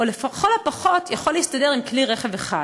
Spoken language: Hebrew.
או לכל הפחות יכול להסתדר עם כלי רכב אחד.